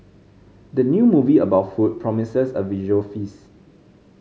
the new movie about food promises a visual feast